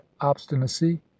obstinacy